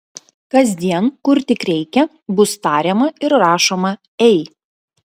kasdien kur tik reikia bus tariama ir rašoma ei